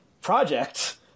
project